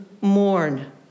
mourn